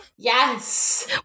Yes